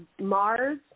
Mars